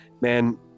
man